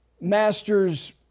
Masters